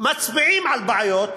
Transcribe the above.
מצביעים על בעיות,